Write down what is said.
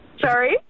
Sorry